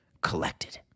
collected